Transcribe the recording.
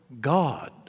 God